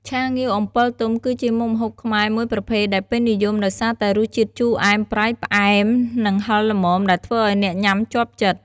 ឆាងាវអំពិលទុំ គឺជាមុខម្ហូបខ្មែរមួយប្រភេទដែលពេញនិយមដោយសារតែរសជាតិជូរអែម ប្រៃ ផ្អែម និងហឹរល្មម ដែលធ្វើឱ្យអ្នកញ៉ាំជាប់ចិត្ត។